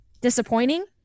disappointing